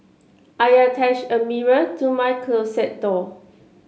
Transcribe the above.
I attached a mirror to my closet door